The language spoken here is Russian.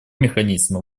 механизма